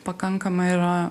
pakankamai yra